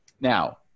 Now